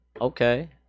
Okay